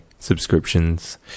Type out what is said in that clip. subscriptions